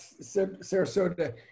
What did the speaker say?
Sarasota